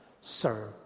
serve